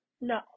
No